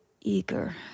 Eager